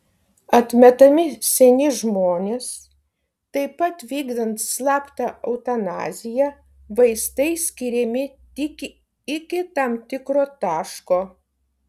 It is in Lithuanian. atmetami seni žmonės taip pat vykdant slaptą eutanaziją vaistai skiriami tik iki tam tikro taško